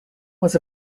was